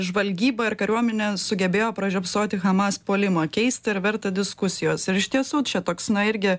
žvalgyba ir kariuomenė sugebėjo pražiopsoti hamas puolimą keista ir verta diskusijos ar iš tiesų čia toks na irgi